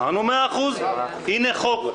אמרנו מאה אחוז, הנה חוק.